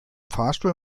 fahrstuhl